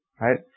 Right